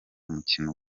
umukino